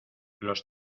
los